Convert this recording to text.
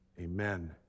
Amen